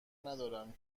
ندارم